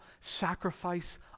sacrifice